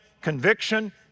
conviction